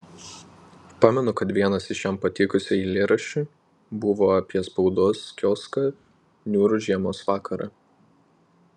pamenu kad vienas iš jam patikusių eilėraščių buvo apie spaudos kioską niūrų žiemos vakarą